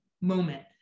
moment